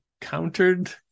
countered